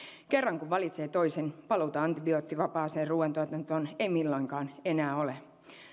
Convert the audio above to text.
kerran kun valitsee toisin paluuta antibioottivapaaseen ruuantuotantoon ei milloinkaan enää ole